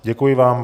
Děkuji vám.